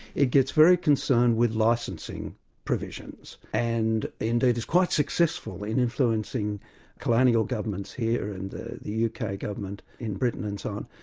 it gets very concerned with licensing provisions, and indeed is quite successful in influencing colonial governments here and the the uk ah government in britain and so on,